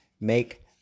make